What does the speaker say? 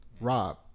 Rob